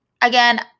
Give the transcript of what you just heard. again